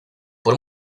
por